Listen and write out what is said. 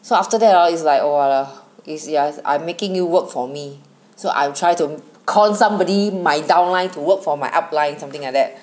so after that hor is like !wah! lah it's yours I'm making you work for me so I will try to con somebody my down line to work for my up line something like that